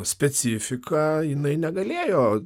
specifiką jinai negalėjo